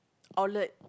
outlet